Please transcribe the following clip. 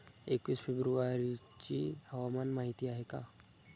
एकवीस फेब्रुवारीची हवामान माहिती आहे का?